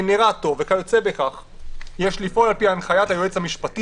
גנרטור וכיוצא בכך יש לפעול על פי הנחיית היועץ המשפטי